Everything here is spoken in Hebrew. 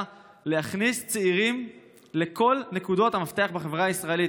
להכניס צעירים לכל נקודות המפתח בחברה הישראלית,